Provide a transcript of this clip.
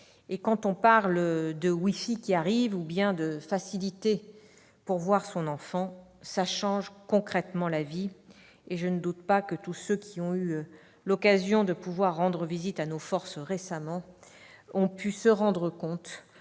Quand on parle de wifi qui arrive ou de facilités pour voir son enfant, cela change concrètement la vie. Je ne doute pas que tous ceux qui ont eu l'occasion de rendre visite à nos forces récemment ont pu se rendre compte